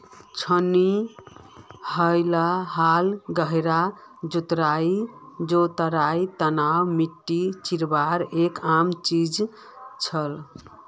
छेनी हाल गहरी जुताईर तने मिट्टी चीरवार एक आम चीज छे